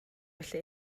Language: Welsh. felly